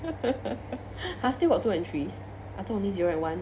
!huh! still got twos and threes I thought only zero and one